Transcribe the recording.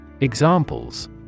Examples